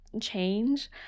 change